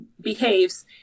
behaves